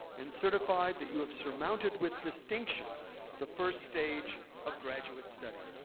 and certify that you have surmounted with distinction the first stage of graduate study.